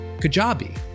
Kajabi